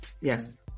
Yes